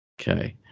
Okay